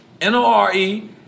N-O-R-E